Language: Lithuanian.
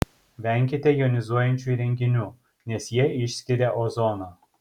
venkite jonizuojančių įrenginių nes jie išskiria ozoną